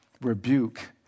Rebuke